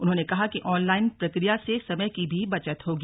उन्होंने कहा कि ऑनलाइन प्रक्रिया से समय की भी बचत होगी